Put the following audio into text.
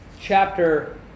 chapter